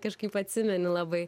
kažkaip atsimeni labai